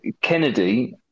Kennedy